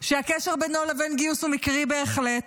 שהקשר בינו לבין גיוס הוא מקרי בהחלט,